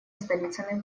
столицами